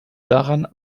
daran